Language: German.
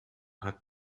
hat